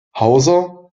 hauser